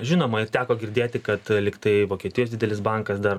žinoma teko girdėti kad lyg tai vokietijos didelis bankas dar